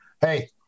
Hey